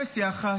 אפס יחס,